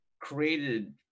created